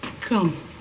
Come